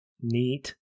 neat